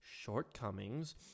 shortcomings